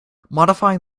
modifying